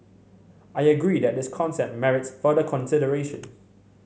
I agree that this concept merits further consideration